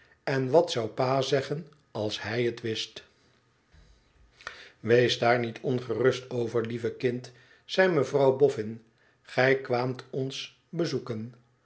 en wat zou pa zeggen als hij het wist wees daar niet ongerust over lieve kind zei mevrouw boffin gij kwaamt ons bezoeken